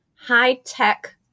high-tech